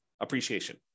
appreciation